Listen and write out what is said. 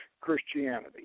Christianity